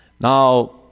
Now